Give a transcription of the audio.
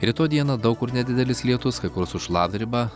rytoj dieną daug kur nedidelis lietus kai kur su šlapdriba